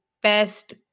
best